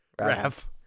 rav